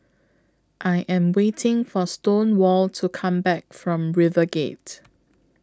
I Am waiting For Stonewall to Come Back from RiverGate